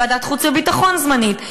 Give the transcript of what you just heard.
ועדת חוץ וביטחון זמנית,